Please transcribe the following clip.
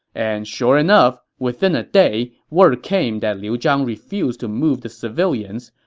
and sure enough, within a day, word came that liu zhang refused to move the civilians,